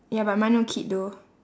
ya but mine no kid though